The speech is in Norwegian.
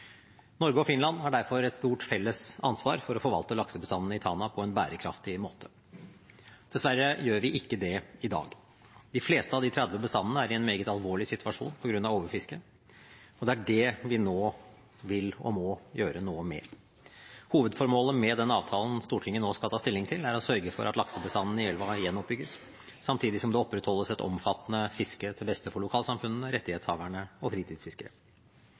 Norge og Finland har derfor et stort felles ansvar for å forvalte laksebestanden i Tana på en bærekraftig måte. Dessverre gjør vi ikke det i dag. De fleste av de 30 bestandene er i en meget alvorlig situasjon på grunn av overfiske, og det er det vi nå vil og må gjøre noe med. Hovedformålet med den avtalen Stortinget nå skal ta stilling til, er å sørge for at laksebestanden i elva gjenoppbygges, samtidig som det opprettholdes et omfattende fiske, til beste for lokalsamfunnene, rettighetshaverne og fritidsfiskere.